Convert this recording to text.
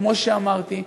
כמו שאמרתי,